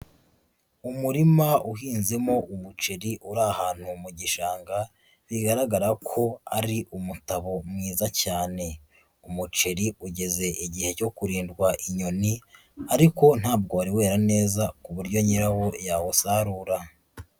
Umurima uhinzemo umuceri uri ahantu mu gishanga bigaragara ko ari umutabo mwiza cyane, umuceri ugeze igihe cyo kurindwa inyoni ariko ntabwo wari wera neza ku buryo nyirawo yawusarura.